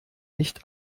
nicht